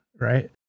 right